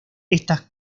estas